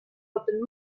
open